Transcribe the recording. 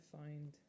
find